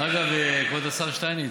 אגב, כבוד השר שטייניץ,